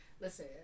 listen